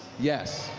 yes.